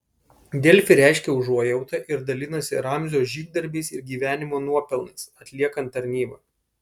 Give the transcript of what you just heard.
delfi reiškia užuojautą ir dalinasi ramzio žygdarbiais ir gyvenimo nuopelnais atliekant tarnybą